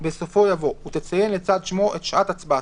בסופו יבוא "ותציין לצד שמו את שעת הצבעתו,